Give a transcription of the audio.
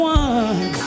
one